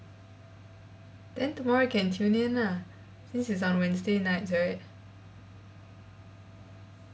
then tomorrow you can tune in lah since it's on wednesday nights right